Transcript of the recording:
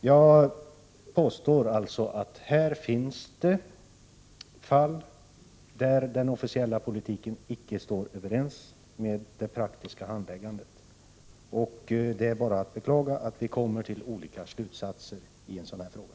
Jag påstår alltså att det finns fall där den officiella politiken inte överensstämmer med det praktiska handlandet. Det är bara att beklaga att vi kommer till olika slutsatser i en sådan här fråga.